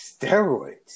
steroids